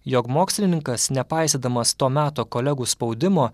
jog mokslininkas nepaisydamas to meto kolegų spaudimo